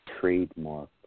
trademark